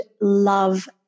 love